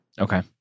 Okay